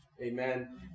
Amen